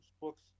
books